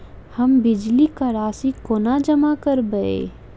हम बिजली कऽ राशि कोना जमा करबै?